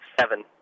seven